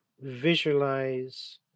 visualize